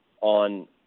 on